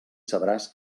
sabràs